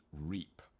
reap